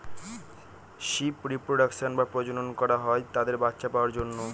sheep reproduction বা প্রজনন করা হয় তাদের বাচ্চা পাওয়ার জন্য